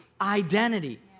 identity